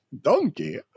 Donkey